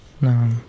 No